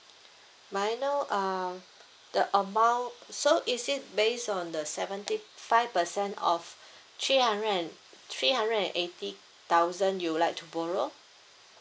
may I know um the amount so is it based on the seventy five percent of three hundred and three hundred and eighty thousand you would like to borrow